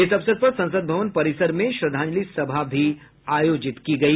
इस अवसर पर संसद भवन परिसर में श्रद्वांजलि सभा भी आयोजित की गई